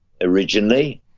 originally